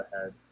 ahead